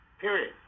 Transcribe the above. period